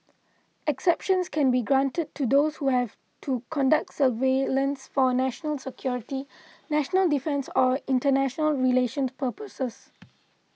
exceptions can be granted to those who have to conduct surveillance for national security national defence or international relations purposes